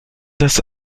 das